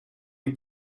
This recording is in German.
die